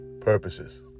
purposes